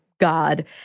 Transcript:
god